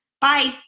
Bye